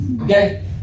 okay